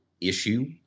issue